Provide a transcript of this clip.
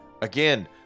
Again